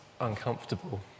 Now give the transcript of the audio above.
uncomfortable